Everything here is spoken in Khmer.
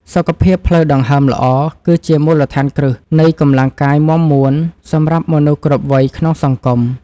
សុខភាពផ្លូវដង្ហើមល្អ គឺជាមូលដ្ឋានគ្រឹះនៃកម្លាំងកាយមាំមួនសម្រាប់មនុស្សគ្រប់វ័យក្នុងសង្គម។